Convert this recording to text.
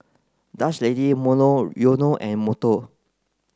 Dutch Lady Monoyono and Monto